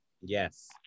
yes